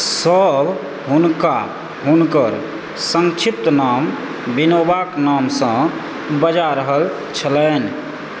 सभ हुनका हुनकर सङ्क्षिप्त नाम विनोबाक नामसँ बजा रहल छलनि